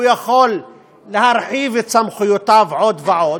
הוא יכול להרחיב את סמכויותיו עוד ועוד,